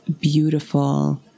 beautiful